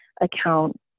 account